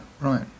right